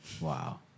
Wow